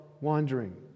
wandering